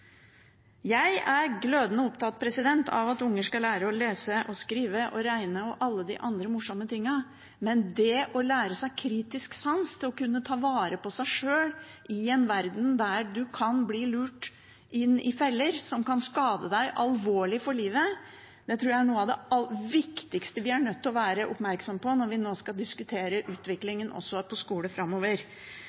Jeg er glødende opptatt av at unger skal lære å lese, å skrive, å regne og alle de andre morsomme tingene, men det å lære seg kritisk sans for å kunne ta vare på seg sjøl i en verden der en kan bli lurt inn i feller som kan skade en alvorlig for livet, tror jeg er noe av det viktigste vi er nødt til å være oppmerksomme på når vi nå skal diskutere utviklingen framover, også for skole. Jeg ber om at Stortinget husker på